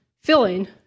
filling